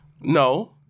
No